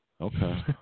Okay